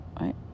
Right